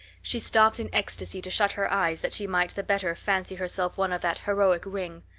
she stopped in ecstasy to shut her eyes that she might the better fancy herself one of that heroic ring.